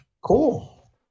Cool